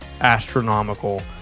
astronomical